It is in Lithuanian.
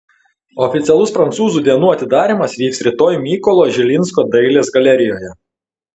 oficialus prancūzų dienų atidarymas vyks rytoj mykolo žilinsko dailės galerijoje